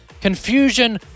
confusion